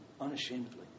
unashamedly